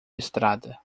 estrada